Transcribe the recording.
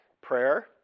Prayer